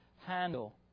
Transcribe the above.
handle